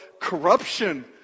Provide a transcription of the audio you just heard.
corruption